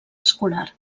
escolar